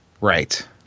Right